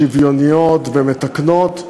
שוויוניות ומתקנות,